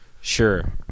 Sure